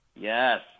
Yes